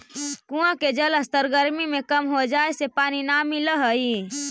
कुआँ के जलस्तर गरमी में कम हो जाए से पानी न मिलऽ हई